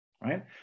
right